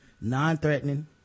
Non-threatening